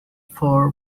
for